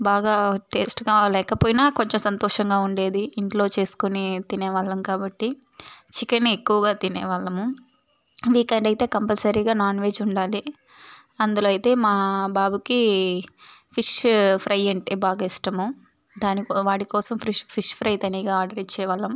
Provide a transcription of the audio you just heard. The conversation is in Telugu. బాగా టేస్ట్గా లేకపోయినా కొంచెం సంతోషంగా ఉండేది ఇంట్లో చేసుకునే తినేవాళ్ళం కాబట్టి చికెన్ ఎక్కువగా తినే వాళ్ళము వీకెండ్ అయితే కంపల్సరిగా నాన్ వెజ్ ఉండాలి అందులో అయితే మా బాబుకి ఫిష్షు ఫ్రై అంటే బాగా ఇష్టము దాని వాడి కోసం ఫ్రిష్ ఫిష్ ఫ్రై తేనిగా ఆర్డర్ ఇచ్చే వాళ్ళం